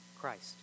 Christ